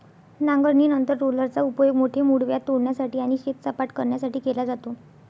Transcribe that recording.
नांगरणीनंतर रोलरचा उपयोग मोठे मूळव्याध तोडण्यासाठी आणि शेत सपाट करण्यासाठी केला जातो